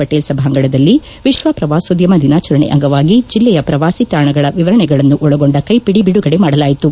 ಪಟೇಲ್ ಸಭಾಂಗಣದಲ್ಲಿ ವಿಶ್ವ ಪ್ರವಾಸೋದ್ಯಮ ದಿನಾಚರಣೆ ಅಂಗವಾಗಿ ಜಿಲ್ಲೆಯ ಪ್ರವಾಸಿ ತಾಣಗಳ ವಿವರಣೆಗಳನ್ನು ಒಳಗೊಂಡ ಕೈಪಿದಿ ಬಿಡುಗಡೆ ಮಾಡಲಾಯಿತು